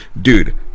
dude